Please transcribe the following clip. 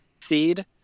seed